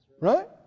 right